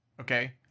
Okay